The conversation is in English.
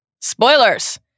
spoilers